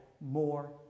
more